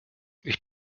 ich